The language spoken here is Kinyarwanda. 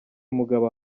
mugabo